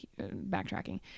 backtracking